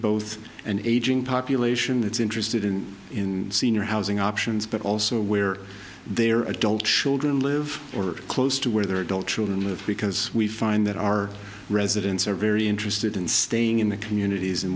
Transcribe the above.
both an aging population that's interested in in senior housing options but also where their adult children live or close to where their adult children live because we find that our residents are very interested in staying in the communities in